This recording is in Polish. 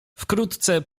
wkrótce